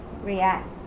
react